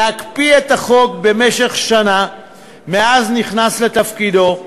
להקפיא את החוק במשך שנה מאז נכנס לתפקידו,